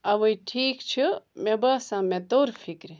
اؤے ٹھیٖک چھُ مےٚ باسان مےٚ توٚر فکرِ